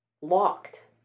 locked